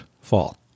fall